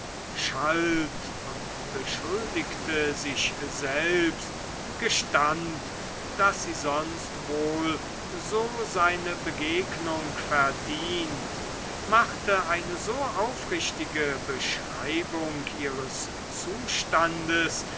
schalt und beschuldigte sich selbst gestand daß sie sonst wohl so seine begegnung verdient machte eine so aufrichtige beschreibung ihres zustandes